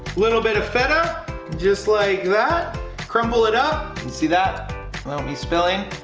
little bit of feta just like that crumble it up see that, without me spilling